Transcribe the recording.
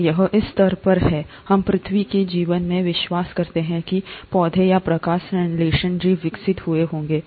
और यह इस स्तर पर है हम पृथ्वी के जीवन में विश्वास करते हैं कि पौधे या प्रकाश संश्लेषक जीव विकसित हुए होंगे